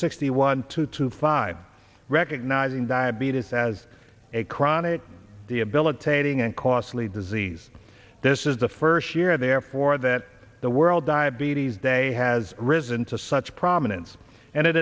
sixty one two to five recognizing diabetes as a chronic debilitating and costly disease this is the first year therefore that the world diabetes day has risen to such prominence and it